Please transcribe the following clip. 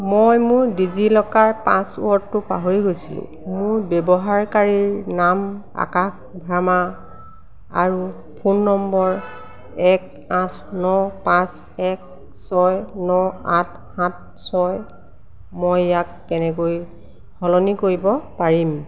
মই মোৰ DigiLocker পাছৱ'ৰ্ডটো পাহৰি গৈছিলোঁ মোৰ ব্যৱহাৰকাৰীৰ নাম আকাশ ভাৰ্মা আৰু ফোন নম্বৰ এক আঠ ন পাঁচ এক ছয় ন আঠ সাত ছয় মই ইয়াক কেনেকৈ সলনি কৰিব পাৰিম